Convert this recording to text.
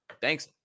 thanks